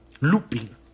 Looping